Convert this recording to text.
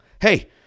hey